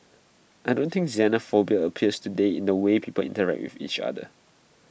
I don't think xenophobia appears today in the way people interact with each other